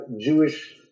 Jewish